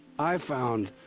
i found.